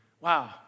wow